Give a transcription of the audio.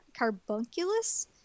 Carbunculus